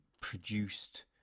produced